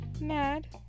mad